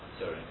Sorry